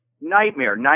nightmare